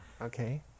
Okay